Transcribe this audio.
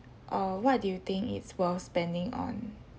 or what do you think is worth spending on